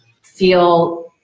feel